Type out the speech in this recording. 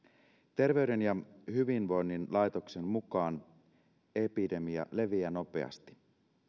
terveyden ja hyvinvoinnin laitoksen mukaan epidemia leviää nopeasti